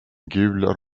gul